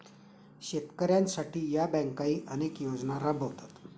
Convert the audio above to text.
शेतकऱ्यांसाठी या बँकाही अनेक योजना राबवतात